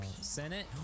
Senate